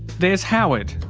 there's howard,